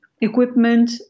equipment